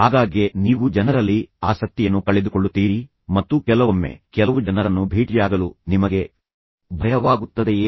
ಆಗಾಗ್ಗೆ ನೀವು ಜನರಲ್ಲಿ ಆಸಕ್ತಿಯನ್ನು ಕಳೆದುಕೊಳ್ಳುತ್ತೀರಿ ಮತ್ತು ಕೆಲವೊಮ್ಮೆ ಕೆಲವು ಜನರನ್ನು ಭೇಟಿಯಾಗಲು ನಿಮಗೆ ಭಯವಾಗುತ್ತದೆಯೇ